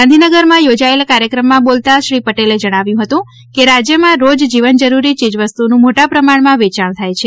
ગાંધીનગરમાં યોજાયેલા કાર્યક્રમમાં બોલતા નીતિન પટેલે જણાવ્યું હતું કે રાજ્યમાં રોજ જીવન જરૂરી ચીજ વસ્તુનું મોટા પ્રમાણ માં વેચાણ થાય છે